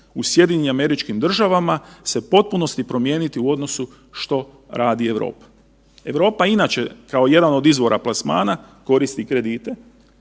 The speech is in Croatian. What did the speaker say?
koji je bio prisutan u SAD-u se u potpunosti promijeniti u odnosu što radi Europa. Europa inače, kao jedan od izvora plasmana, koristi kredite,